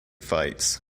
fights